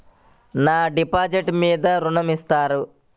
నా డిపాజిట్ మీద ఋణం ఇస్తారా?